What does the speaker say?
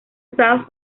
usados